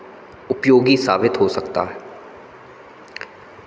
उपयोगी साबित हो सकता है